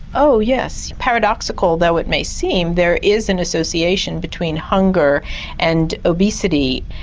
oh yes, paradoxical though it may seem there is an association between hunger and obesity.